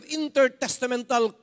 intertestamental